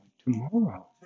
tomorrow